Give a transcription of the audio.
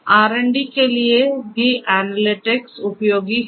R and D के लिए भी एनालिटिक्स उपयोगी है